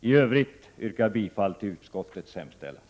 I övrigt yrkar jag bifall till utskottets hemställan.